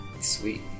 Sweet